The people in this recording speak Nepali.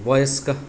वयस्क